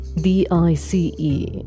d-i-c-e